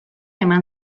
eman